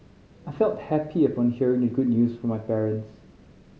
I felt happy upon hearing the good news from my parents